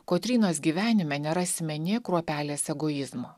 kotrynos gyvenime nerasime nė kruopelės egoizmo